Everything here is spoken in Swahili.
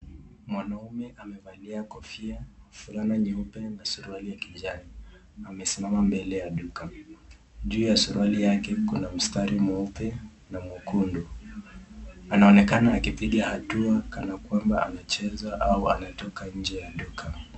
Mwanaume amevalia kofia, fulana nyeupe na suarali ya kijani amesimama mbele ya duka. Juu ya suruali yake kuna mstari mweupe na mwekundu. Anaonekana akipiga hatua kana kwamba amecheza ama anatoka nje ya duka.